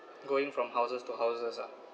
going from houses to houses ah